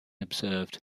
observed